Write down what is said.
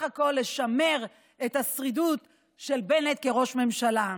הכול לשמר את השרידות של בנט כראש ממשלה.